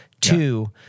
Two